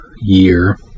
year